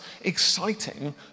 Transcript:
exciting